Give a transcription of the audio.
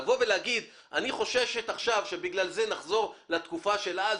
לבוא ולהגיד: אני חוששת עכשיו שבגלל זה נחזור לתקופה של אז?